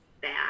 bad